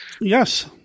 Yes